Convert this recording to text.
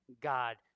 God